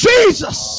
Jesus